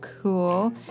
cool